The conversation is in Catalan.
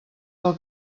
del